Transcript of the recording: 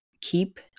keep